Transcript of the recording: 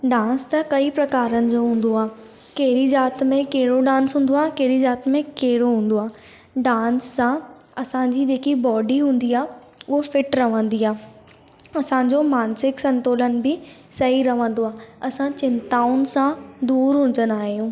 dance त कई प्रकारनि जो हूंदो आहे कहिड़ी ज़ाति में कहिड़ो डांस हूंदो आहे केरी ज़ाति में कहिड़ो हूंदो आहे डांस सां असांजी जेकी बॉडी हूंदी उहा फिट रहंदी आहे असांजो मानसिक संतुलन बि सही रहंदो आहे असां चिंताउन सां दूरि हुजंदा आहियूं